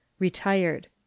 Retired